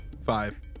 Five